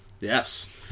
Yes